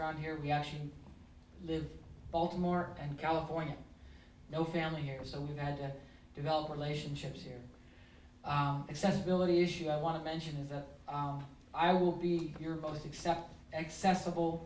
around here we actually live baltimore and california no family here so we've had developed relationships here accessibility issues i want to mention is that i will be your boss except accessible